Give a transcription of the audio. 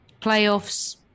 Playoffs